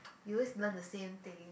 you always learn the same thing